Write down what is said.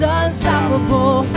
unstoppable